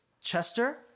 chester